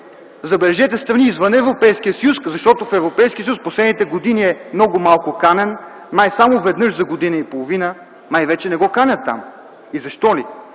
забележете, страни извън Европейския съюз, защото в Европейския съюз в последните години е много малко канен, май само веднъж за година и половина, май вече не го канят там и защо ли?